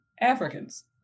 Africans